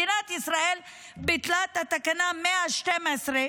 מדינת ישראל ביטלה את תקנה 112,